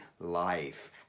life